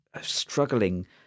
struggling